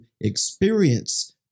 experience